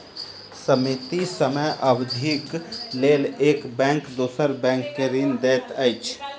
सीमित समय अवधिक लेल एक बैंक दोसर बैंक के ऋण दैत अछि